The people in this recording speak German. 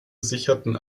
sicherten